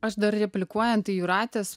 aš dar replikuojant į jūratės